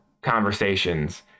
conversations